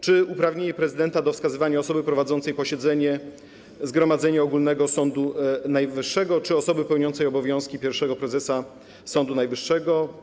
Również uprawnienie prezydenta do wskazywania osoby prowadzącej posiedzenie zgromadzenia ogólnego Sądu Najwyższego czy osoby pełniącej funkcję pierwszego prezesa Sądu Najwyższego.